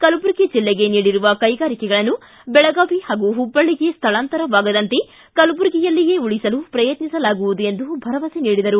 ಕಲಬುರಗಿ ಜಿಲ್ಲೆಗೆ ನೀಡಿರುವ ಕೈಗಾರಿಕೆಗಳನ್ನು ಬೆಳಗಾವಿ ಹಾಗೂ ಹುಬ್ಬಳ್ಳಿಗೆ ಸ್ಥಳಾಂತರವಾಗದಂತೆ ಕಲಬುರಗಿಯಲ್ಲಿಯೇ ಉಳಿಸಲು ಪ್ರಯತ್ನಿಸಲಾಗುವುದು ಎಂದು ಭರವಸೆ ನೀಡಿದರು